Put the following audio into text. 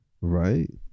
Right